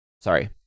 Sorry